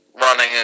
running